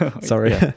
Sorry